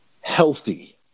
healthy